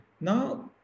Now